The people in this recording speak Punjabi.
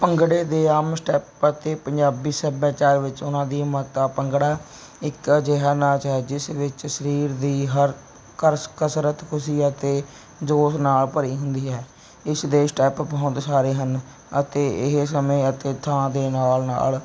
ਭੰਗੜੇ ਦੇ ਆਮ ਸਟੈਪ ਅਤੇ ਪੰਜਾਬੀ ਸੱਭਿਆਚਾਰ ਵਿੱਚ ਉਹਨਾਂ ਦੀ ਮਹੱਤਤਾ ਭੰਗੜਾ ਇੱਕ ਅਜਿਹਾ ਨਾਚ ਹੈ ਜਿਸ ਵਿੱਚ ਸਰੀਰ ਦੀ ਹਰ ਕਰਸ ਕਸਰਤ ਖੁਸ਼ੀ ਅਤੇ ਜੋਸ਼ ਨਾਲ ਭਰੀ ਹੁੰਦੀ ਹੈ ਇਸ ਦੇ ਸਟੈਪ ਬਹੁਤ ਸਾਰੇ ਹਨ ਅਤੇ ਇਹ ਸਮੇਂ ਅਤੇ ਥਾਂ ਦੇ ਨਾਲ ਨਾਲ